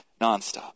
nonstop